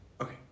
Okay